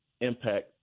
impact